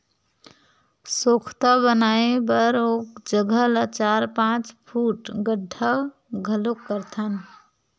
सोख्ता बनाए बर ओ जघा ल चार, पाँच फूट गड्ढ़ा घलोक करथन